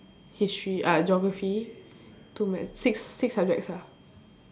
history uh geography two maths six six subjects ah